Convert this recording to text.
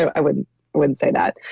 i wouldn't wouldn't say that.